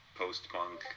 post-punk